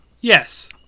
Yes